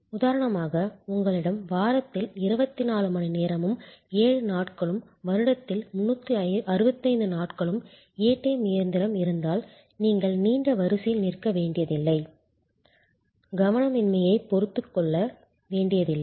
உதாரணமாக உங்களிடம் வாரத்தில் 24 மணி நேரமும் 7 நாட்களும் வருடத்தில் 365 நாட்களும் ஏடிஎம் இயந்திரம் இருந்தால் நீங்கள் நீண்ட வரிசையில் நிற்க வேண்டியதில்லை கவனமின்மையைப் பொறுத்துக்கொள்ள வேண்டியதில்லை